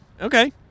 Okay